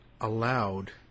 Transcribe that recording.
allowed